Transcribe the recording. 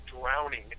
drowning